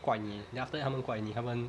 怪你 then after that 他们怪你他们